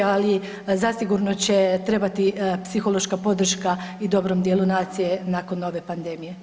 Ali zasigurno će trebati psihološka podrška i dobrom dijelu nacije nakon ove pandemije.